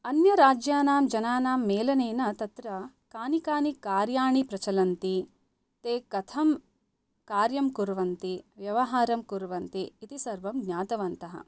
अन्यराज्यानां जनानां मेलनेन तत्र कानि कानि कार्याणि प्रचलन्ति ते कथं कार्यं कुर्वन्ति व्यवहारं कुर्वन्ति इति सर्वं ज्ञातवन्तः